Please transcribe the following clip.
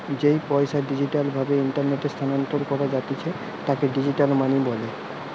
যেই পইসা ডিজিটাল ভাবে ইন্টারনেটে স্থানান্তর করা জাতিছে তাকে ডিজিটাল মানি বলে